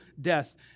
death